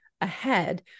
ahead